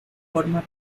forma